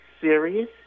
serious